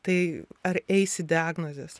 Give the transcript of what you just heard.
tai ar eisi diagnozės